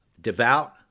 devout